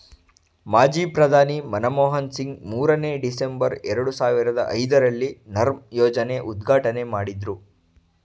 ಮಾಜಿ ಪ್ರಧಾನಿ ಮನಮೋಹನ್ ಸಿಂಗ್ ಮೂರನೇ, ಡಿಸೆಂಬರ್, ಎರಡು ಸಾವಿರದ ಐದರಲ್ಲಿ ನರ್ಮ್ ಯೋಜನೆ ಉದ್ಘಾಟನೆ ಮಾಡಿದ್ರು